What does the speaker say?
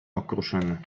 okruszyny